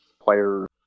players